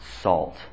salt